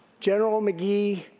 general mcgee,